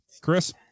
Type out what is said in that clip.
chris